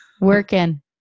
Working